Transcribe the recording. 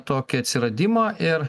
tokį atsiradimo ir